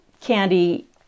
Candy